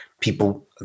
People